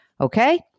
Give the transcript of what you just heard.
Okay